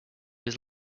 was